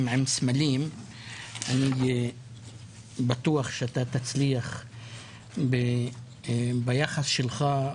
עם סמלים אני בטוח שאתה תצליח ביחס שלך,